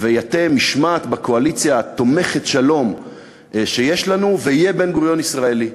ויטה משמעת בקואליציה התומכת שלום שיש לנו ויהיה בן-גוריון ישראלי?